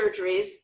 surgeries